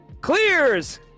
clears